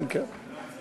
כן, כן.